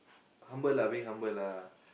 humble lah being humble lah